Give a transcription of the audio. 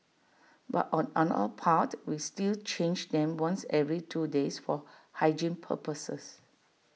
but on our part we still change them once every two days for hygiene purposes